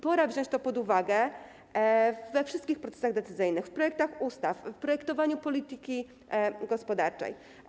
Pora wziąć to pod uwagę we wszystkich procesach decyzyjnych, w projektach ustaw, w projektowaniu polityki gospodarczej.